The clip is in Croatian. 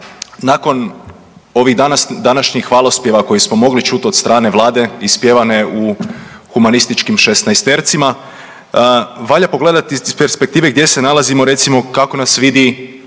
Nakon ovih današnjih hvalospjeva koje smo mogli čut od strane vlade ispjevane u humanističkim šesnaestercima valja pogledati iz perspektive gdje se nalazimo recimo, kako nas vidi